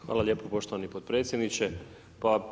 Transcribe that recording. Hvala lijepo poštovani potpredsjedniče.